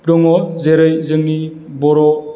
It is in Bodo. दङ जेरै जोंनि बर'